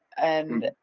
and,